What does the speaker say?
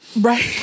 Right